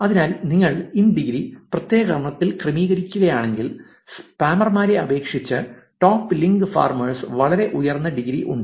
അതിനാൽ നിങ്ങൾ in degree പ്രത്യേക ക്രമത്തിൽ ക്രമീകരിക്കുകയാണെങ്കിൽ സ്പാമർമാരെ അപേക്ഷിച്ച് ടോപ്പ് ലിങ്ക് ഫാർമേഴ്സ് വളരെ ഉയർന്ന ഡിഗ്രി ഉണ്ട്